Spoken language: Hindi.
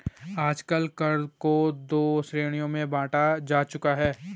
आजकल कर को दो श्रेणियों में बांटा जा चुका है